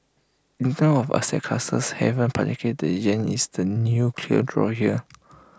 in term of asset classes havens particularly the Yen is the clear draw here